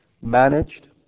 managed